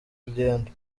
rugendo